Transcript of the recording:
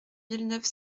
villeneuve